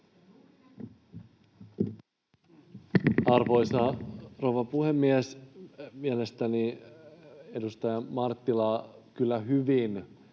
Arvoisa rouva puhemies! Mielestäni edustaja Marttila kyllä hyvin